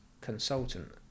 consultant